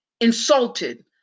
insulted